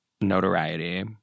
notoriety